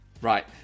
Right